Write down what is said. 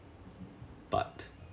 but